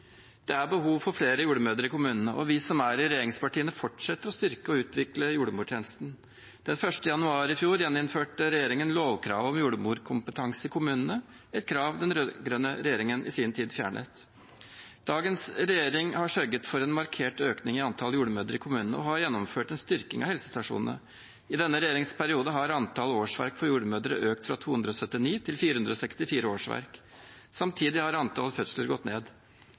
Det er behov for flere jordmødre i kommunene. Vi som er i regjeringspartiene, fortsetter å styrke og utvikle jordmortjenesten. Den 1. januar i fjor gjeninnførte regjeringen lovkrav om jordmorkompetanse i kommunene, et krav den rød-grønne regjeringen i sin tid fjernet. Dagens regjering har sørget for en markert økning i antall jordmødre i kommunene og har gjennomført en styrking av helsestasjonene. I denne regjeringsperioden har antallet årsverk for jordmødre økt fra 279 til 464 årsverk. Samtidig har antall fødsler gått ned.